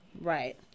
right